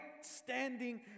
standing